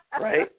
right